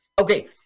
Okay